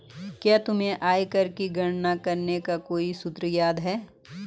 क्या तुम्हें आयकर की गणना करने का कोई सूत्र याद है?